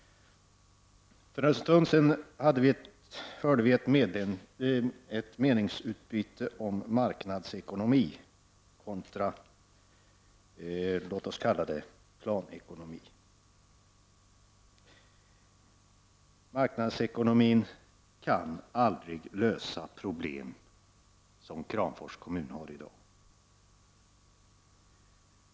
För en stund sedan hörde vi ett meningsutbyte om marknadsekonomi kontra låt oss kalla det planekonomi. Marknadsekonomin kan aldrig lösa problem som Kramfors kommun har i dag.